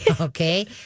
okay